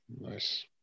Nice